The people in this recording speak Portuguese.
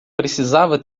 precisava